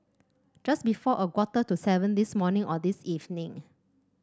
just before a quarter to seven this morning or this evening